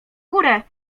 górę